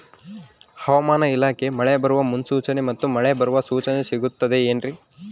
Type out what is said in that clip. ಹವಮಾನ ಇಲಾಖೆ ಮಳೆ ಬರುವ ಮುನ್ಸೂಚನೆ ಮತ್ತು ಮಳೆ ಬರುವ ಸೂಚನೆ ಸಿಗುತ್ತದೆ ಏನ್ರಿ?